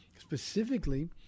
specifically